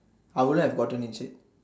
I wouldn't have gotten injured